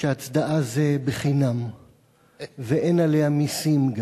שהצדעה זה בחינם וגם אין עליה מסים.